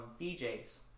BJ's